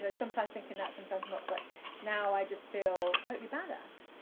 you know sometimes thinking that, sometimes not. but now i just feel totally badass.